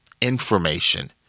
information